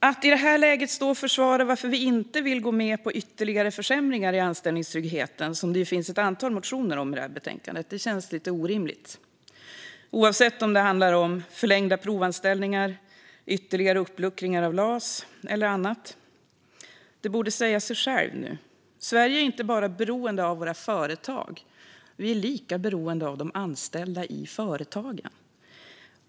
Att i detta läge försvara varför vi inte vill gå med på ytterligare försämringar av anställningstryggheten, som det ju finns ett antal motioner om i det här betänkandet, känns orimligt, oavsett om det handlar om förlängda provanställningar eller om ytterligare uppluckringar av LAS eller annat. Det borde säga sig självt. Vi i Sverige är inte bara beroende av våra företag - vi är lika beroende av de anställda i företagen.